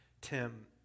Tim